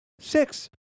Six